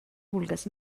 vulgues